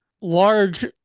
large